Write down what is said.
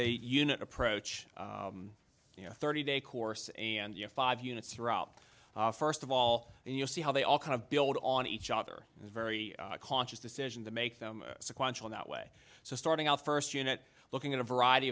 a unit approach you know thirty day course and you have five units throughout first of all and you'll see how they all kind of build on each other in a very conscious decision to make them sequential in that way so starting out first unit looking at a variety